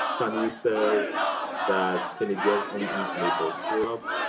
tanny says that canadians only eat maple syrup.